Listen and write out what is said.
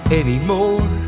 anymore